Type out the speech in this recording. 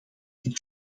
dit